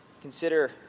Consider